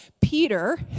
Peter